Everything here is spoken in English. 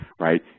right